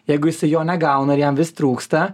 jeigu jisai jo negauna ir jam vis trūksta